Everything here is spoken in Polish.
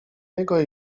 niego